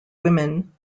women